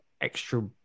extra